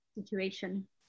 situation